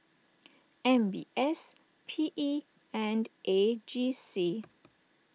M B S P E and A G C